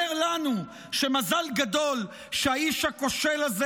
אומר לנו שמזל גדול שהאיש הכושל הזה,